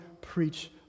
preach